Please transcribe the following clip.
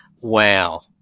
wow